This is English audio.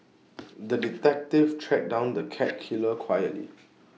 the detective tracked down the cat killer quietly